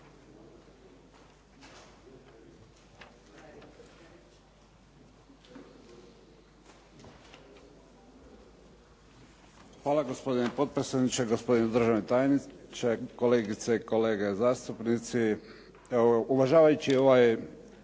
Hvala gospodine potpredsjedniče, gospodine državni tajniče, kolegice i kolege zastupnici. Evo, uvažavajući ovaj,